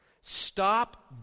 Stop